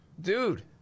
dude